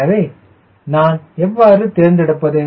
எனவே நான் எவ்வாறு தேர்ந்தெடுப்பது